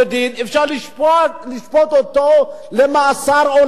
אפשר לשפוט אותו למאסר עולם?